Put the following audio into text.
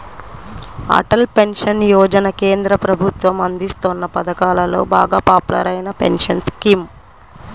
Atal pension Yojana కేంద్ర ప్రభుత్వం అందిస్తోన్న పథకాలలో బాగా పాపులర్ అయిన పెన్షన్ స్కీమ్